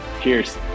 Cheers